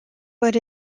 but